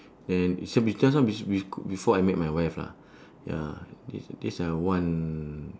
then this one be~ this one be~ be~ c~ before I met my wife lah ya this this uh one